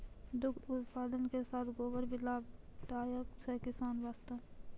दुग्ध उत्पादन के साथॅ गोबर भी लाभदायक छै किसान वास्तॅ